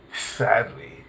Sadly